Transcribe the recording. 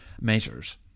measures